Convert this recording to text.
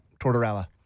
Tortorella